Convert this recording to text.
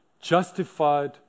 justified